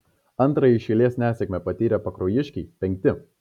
antrąją iš eilės nesėkmę patyrę pakruojiškiai penkti